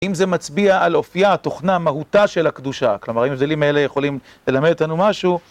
אם זה מצביע על אופייה, תוכנה, מהותה, של הקדושה, כלומר, האם ההבדלים האלה יכולים ללמד אותנו משהו.